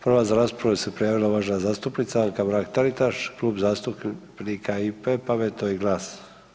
Prva za raspravu se prijavila uvažena zastupnica Anka Mrak Taritaš Klub zastupnika IP, Pametno i GLAS.